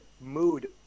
mood